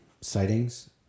sightings